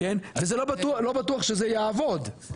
ולא בטוח שזה יעבוד.